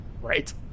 Right